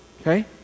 Okay